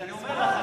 אז אני אומר לך,